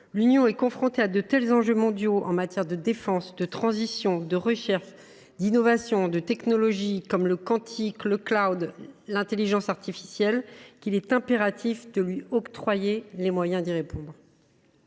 est confrontée à de tels enjeux mondiaux en matière de défense, de transitions, de recherche, d’innovation, de technologies telles que le quantique, le ou l’intelligence artificielle qu’il est impératif de lui octroyer les moyens d’y faire